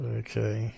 okay